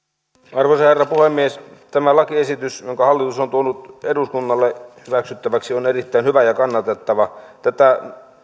arvoisa herra puhemies tämä lakiesitys jonka hallitus on tuonut eduskunnalle hyväksyttäväksi on erittäin hyvä ja kannatettava tätä